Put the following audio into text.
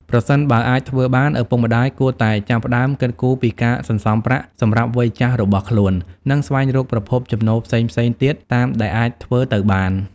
ប្រសិនបើអាចធ្វើបាន ឪពុកម្ដាយគួរតែចាប់ផ្ដើមគិតគូរពីការសន្សំប្រាក់សម្រាប់វ័យចាស់របស់ខ្លួន និងស្វែងរកប្រភពចំណូលផ្សេងៗទៀតតាមដែលអាចធ្វើទៅបាន។